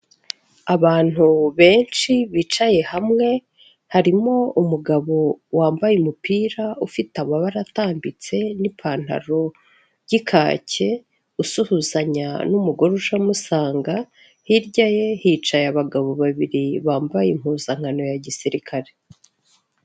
Abantu benshi bicaye hamwe harimo umugabo wambaye umupira ufite amabara atambitse n'ipantaro y'ikake usuhuzanya n'umugore uje amusanga, hirya ye hicaye abagabo babiri bambaye impuzankano ya gisirikare.